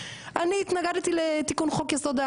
אני התנגדתי תיקון חוק יסוד,